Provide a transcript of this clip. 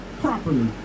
properly